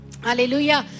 Hallelujah